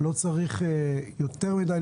לא צריך לפרט יותר מדי.